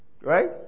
Right